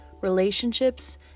relationships